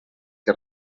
que